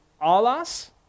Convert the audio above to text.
alas